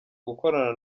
gukorana